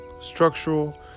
structural